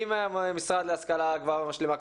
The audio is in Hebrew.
עם המשרד להשכלה הגבוהה והמשלימה.